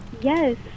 Yes